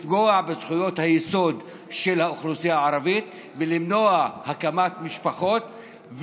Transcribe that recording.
לפגוע בזכויות היסוד של האוכלוסייה הערבית ולמנוע הקמת משפחות.